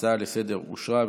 ההצעה לסדר-היום אושרה,